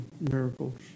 miracles